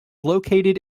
located